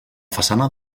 façana